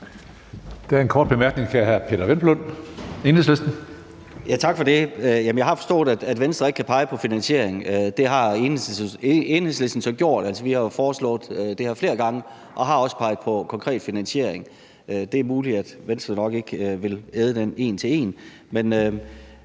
Der er en kort bemærkning til hr. Peder Hvelplund, Enhedslisten. Kl. 16:03 Peder Hvelplund (EL): Tak for det. Jeg har forstået, at Venstre ikke kan pege på en finansiering. Det har Enhedslisten så gjort, altså, vi har jo foreslået det her flere gange og har også peget på en konkret finansiering. Det er muligt, at Venstre nok ikke vil æde den en til en.